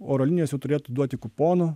oro linijos jau turėtų duoti kuponų